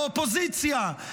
באופוזיציה,